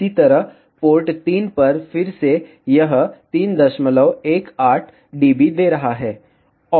इसी तरह पोर्ट 3 पर फिर से यह 318 dB दे रहा है